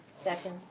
second.